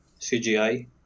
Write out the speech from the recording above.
CGI